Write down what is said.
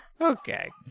Okay